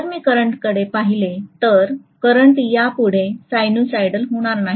जर मी करंटकडे पाहिले तर करंट यापुढे साइनसॉइडल होणार नाही